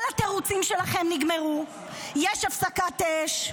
כל התירוצים שלכם נגמרו, יש הפסקת אש,